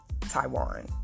Taiwan